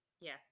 Yes